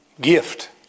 Gift